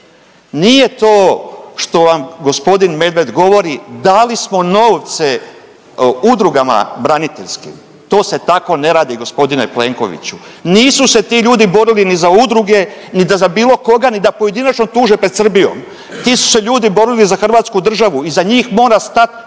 nije to što vam gospodin Medved govori dali smo novce udrugama braniteljskim, to se tako ne radi gospodine Plenkoviću. Nisu se ti ljudi borili ni za udruge, ni da za bilo koga, ni da pojedinačno tuže pred Srbijom. Ti su se ljudi borili za hrvatsku državu. Iza njih mora stati